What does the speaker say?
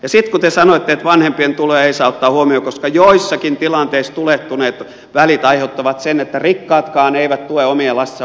sitten kun te sanoitte että vanhempien tuloja ei saa ottaa huomioon koska joissakin tilanteissa tulehtuneet välit aiheuttavat sen että rikkaatkaan eivät tue omien lastensa opiskelua